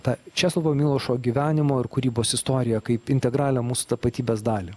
tą česlovo milošo gyvenimo ir kūrybos istoriją kaip integralią mūsų tapatybės dalį